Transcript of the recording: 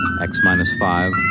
X-Minus-Five